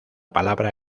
palabra